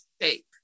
shape